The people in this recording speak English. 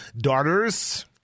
daughters